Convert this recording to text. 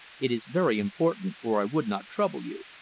it is very important or i would not trouble you.